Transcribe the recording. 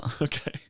okay